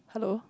hello